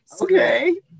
Okay